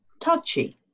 touchy